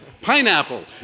Pineapple